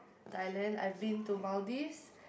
Thailand I've been to Maldives